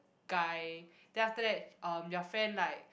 guy then after that um your friend like